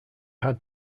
had